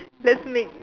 let's make